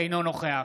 אינו נוכח